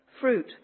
fruit